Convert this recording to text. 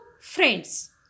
friends